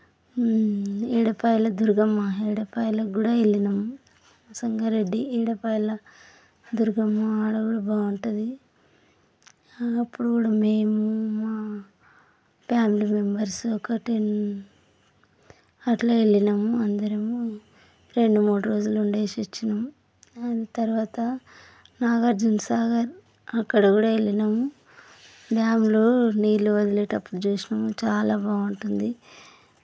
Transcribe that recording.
ఏడుపాయల దుర్గమ్మ ఏడుపాయలకు కూడా వెళ్ళినాము సంగారెడ్డి ఏడుపాయల దుర్గమ్మ అడవులు బాగుంటుంది అప్పుడు కూడా మేము మా ఫ్యామిలీ మెంబర్స్ ఒక టెన్ అట్లా వెళ్ళినాము అందరము రెండు మూడు రోజులు ఉండేసి వచ్చినాం దాని తర్వాత నాగార్జునసాగర్ అక్కడ కూడా వెళ్ళినాము డ్యాములో నీళ్లు వదిలేటప్పుడు చూసినాము చాలా బాగుంటుంది